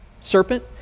serpent